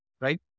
right